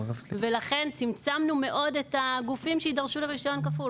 ולכן צמצמנו מאוד את הגופים שיידרשו לרישיון כפול.